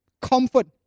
comfort